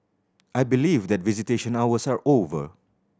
I believe that visitation hours are over